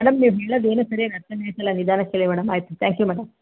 madam ನೀವು ಹೇಳದು ಏನೂ ಸರಿಯಾಗಿ ಅರ್ಥನೆ ಆಗ್ತಿಲ್ಲ ನಿಧಾನಕ್ಕೆ ಹೇಳಿ ಮೇಡಮ್ ಆಯ್ತು ತ್ಯಾಂಕ್ ಯು ಮೇಡಮ್